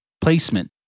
placement